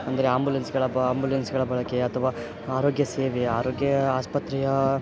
ಅಂದರೆ ಆಂಬುಲೆನ್ಸ್ಗಳ ಬಾ ಆಂಬುಲೆನ್ಸ್ಗಳ ಬಳಕೆ ಅಥವಾ ಆರೋಗ್ಯ ಸೇವೆ ಆರೋಗ್ಯ ಆಸ್ಪತ್ರೆಯ